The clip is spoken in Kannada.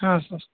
ಹಾಂ ಸರ್